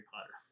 Potter